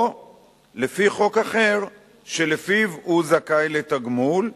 או לפי חוק אחר שלפיו הוא זכאי לתגמול,